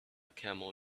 camel